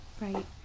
Right